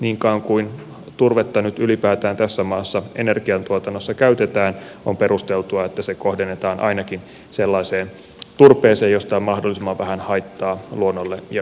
niin kauan kuin turvetta nyt ylipäätään tässä maassa energiantuotannossa käytetään on perusteltua että se kohdennetaan ainakin sellaiseen turpeeseen josta on mahdollisimman vähän haittaa luonnolle ja ympäristölle